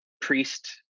priest